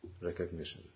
Recognition